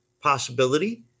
possibility